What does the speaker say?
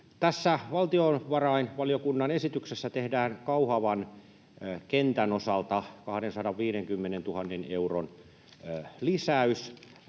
Tässä valtiovarainvaliokunnan esityksessä tehdään Kauhavan kentän osalta 250 000 euron lisäys.